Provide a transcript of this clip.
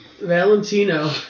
Valentino